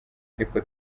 ariko